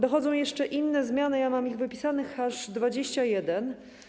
Dochodzą jeszcze inne zmiany, mam ich wypisanych aż 21.